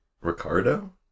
Ricardo